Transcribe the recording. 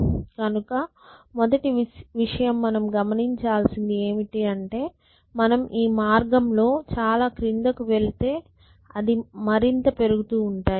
కనుక మొదటి విషయం మనం గమనించాల్సింది ఏమిటి అంటే మనం ఈ మార్గంలో ఇలా క్రిందకు వెళితే అవి మరింత పెరుగుతూ ఉంటాయి